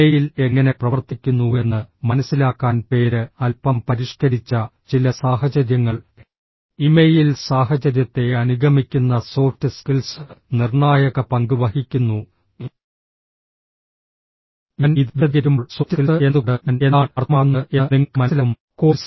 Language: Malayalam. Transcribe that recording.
ഇമെയിൽ എങ്ങനെ പ്രവർത്തിക്കുന്നുവെന്ന് മനസിലാക്കാൻ പേര് അല്പം പരിഷ്ക്കരിച്ച ചില സാഹചര്യങ്ങൾ ഇമെയിൽ സാഹചര്യത്തെ അനുഗമിക്കുന്ന സോഫ്റ്റ് സ്കിൽസ് നിർണായക പങ്ക് വഹിക്കുന്നു ഞാൻ ഇത് വിശദീകരിക്കുമ്പോൾ സോഫ്റ്റ് സ്കിൽസ് എന്നതുകൊണ്ട് ഞാൻ എന്താണ് അർത്ഥമാക്കുന്നത് എന്ന് നിങ്ങൾക്ക് മനസ്സിലാകും